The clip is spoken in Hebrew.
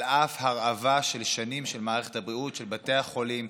על אף הרעבה של שנים של מערכת הבריאות ושל בתי החולים,